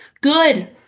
Good